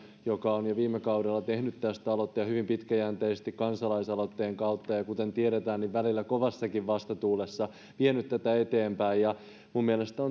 joka on jo viime kaudella tehnyt tästä aloitteen hyvin pitkäjänteisesti kansalaisaloitteen kautta ja kuten tiedetään välillä kovassakin vastatuulessa vienyt tätä eteenpäin minun mielestäni